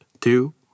two